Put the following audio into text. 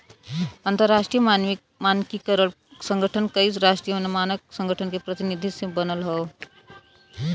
अंतरराष्ट्रीय मानकीकरण संगठन कई राष्ट्रीय मानक संगठन के प्रतिनिधि से बनल हौ